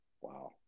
Wow